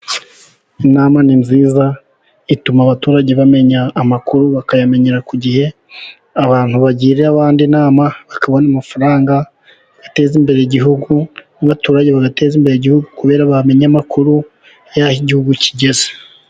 Inama ni nziza ituma abaturage bamenya amakuru bakayamenyera ku gihe abantu bagirabandi inama bakabona amafaranga bateza imbere igihugu n'abaturage bateze imbere igihugu kubera bamenya amakuru yaho igihugu kigeze.